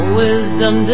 wisdom